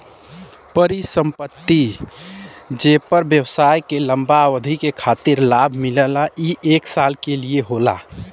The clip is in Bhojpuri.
परिसंपत्ति जेपर व्यवसाय के लंबा अवधि के खातिर लाभ मिलला ई एक साल के लिये होला